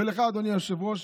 ולך אדוני היושב-ראש,